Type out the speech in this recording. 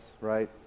right